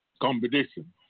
competition